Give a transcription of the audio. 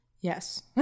Yes